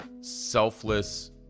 selfless